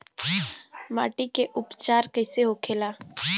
माटी के उपचार कैसे होखे ला?